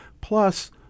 Plus